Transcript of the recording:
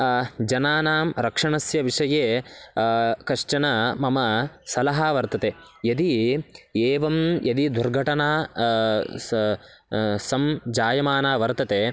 जनानां रक्षणस्य विषये कश्चन मम सलहा वर्तते यदि एवं यदि दुर्घटना स संजायमाना वर्तते